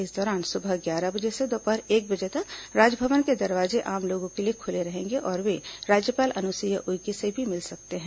इस दौरान सुबह ग्यारह बजे से दोपहर एक बजे तक राजभवन के दरवाजे आम लोगों के लिए खुले रहेंगे और वे राज्यपाल अनुसुईया उइके से भी मिल सकते हैं